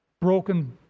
broken